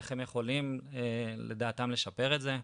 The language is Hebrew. איך הם יכולים לדעתם לשפר את זה.